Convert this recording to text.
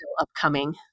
upcoming